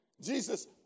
Jesus